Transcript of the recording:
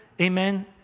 amen